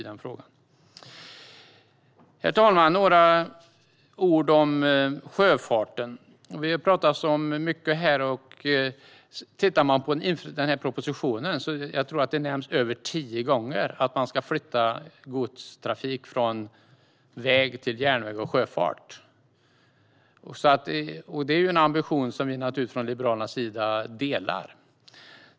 Jag ska säga några ord om sjöfarten, som det har pratats mycket om här. Jag tror att det nämns mer än tio gånger i propositionen att godstrafik ska flytta från väg till järnväg och sjöfart, vilket är en ambition som vi från Liberalernas sida delar.